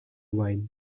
wine